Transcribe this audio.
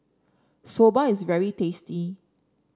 soba is very tasty